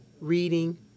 reading